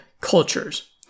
Cultures